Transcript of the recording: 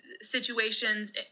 situations